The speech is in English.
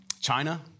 China